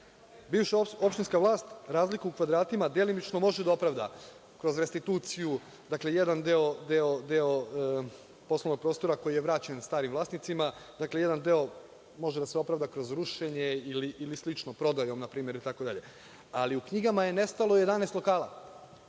Bivša opštinska vlast razliku u kvadratima delimično može da opravda kroz restituciju, dakle jedan deo poslovnog prostora koji je vraćen starim vlasnicima, dakle jedan deo može da se opravda kroz rušenje ili slično, prodajom, itd, ali u knjigama je nestalo 11 lokala.